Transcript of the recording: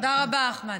תודה רבה, אחמד.